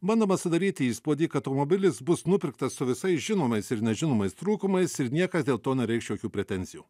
bandoma sudaryti įspūdį kad automobilis bus nupirktas su visais žinomais ir nežinomais trūkumais ir niekas dėl to nereikš jokių pretenzijų